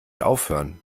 aufhören